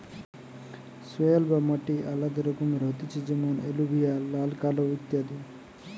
soil বা মাটি আলাদা রকমের হতিছে যেমন এলুভিয়াল, লাল, কালো ইত্যাদি